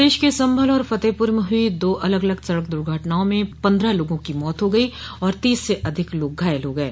प्रदेश के सम्भल और फतेहपुर में हुई दो अलग अलग सड़क दुर्घटनाओं में पन्द्रह लोगों की मौत हो गयी और तीस से अधिक लोग घायल हो गये